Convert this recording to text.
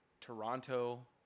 Toronto